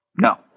No